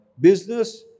Business